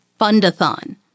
Fundathon